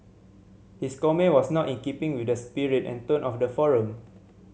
his comment was not in keeping with the spirit and tone of the forum